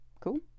cool